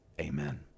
amen